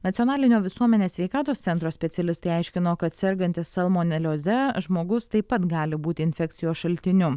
nacionalinio visuomenės sveikatos centro specialistai aiškino kad sergantis salmonelioze žmogus taip pat gali būti infekcijos šaltiniu